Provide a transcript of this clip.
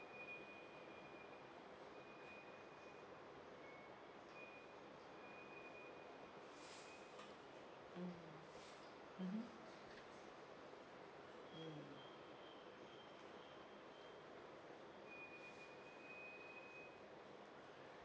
mm mmhmm mm